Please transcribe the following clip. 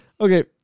Okay